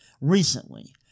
recently